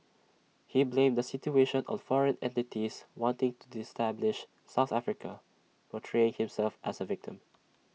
he blamed the situation on foreign entities wanting to south Africa portraying himself as A victim